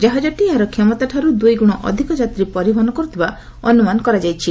ଜାହାଜଟି ଏହାର କ୍ଷମତାଠାରୁ ଦୁଇଗୁଣ ଅଧିକ ଯାତ୍ରୀ ପରିବହନ କରୁଥିବା ଅନୁମାନ କରାଯାଇଛି